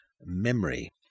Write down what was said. memory